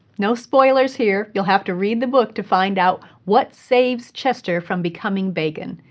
no spoilers here! you'll have to read the book to find out what saves chester from becoming bacon.